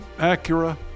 Acura